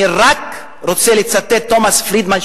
אני רק רוצה לצטט את תומס פרידמן,